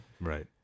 Right